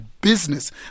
business